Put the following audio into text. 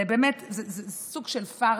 זה באמת סוג של פארסה.